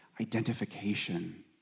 identification